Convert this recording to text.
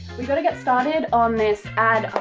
we gotta get started on this ad.